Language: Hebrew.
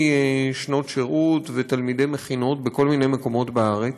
שנות שירות ותלמידי מכינות בכל מיני מקומות בארץ.